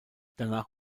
danach